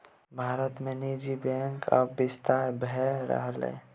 भारत मे निजी बैंकक आब बिस्तार भए रहलैए